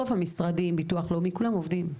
בסוף המשרדים, ביטוח לאומי, כולם עובדים.